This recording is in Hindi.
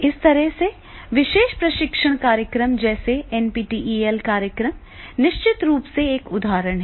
इस तरह के विशेष प्रशिक्षण कार्यक्रम जैसे एनपीटीईएल कार्यक्रम निश्चित रूप से एक उदाहरण है